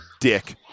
dick